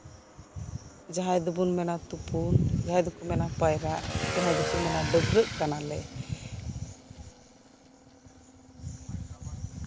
ᱡᱟᱦᱟᱸᱭ ᱫᱚᱵᱚᱱ ᱢᱮᱱᱟ ᱛᱩᱯᱩᱱ ᱡᱟᱦᱟᱸᱭ ᱫᱚᱠᱚ ᱢᱮᱱᱟ ᱯᱟᱭᱨᱟᱜ ᱡᱟᱦᱟᱸᱭ ᱫᱚᱠᱚ ᱢᱮᱱᱟ ᱰᱟᱹᱵᱽᱨᱟᱹᱜ ᱠᱟᱱᱟ ᱞᱮ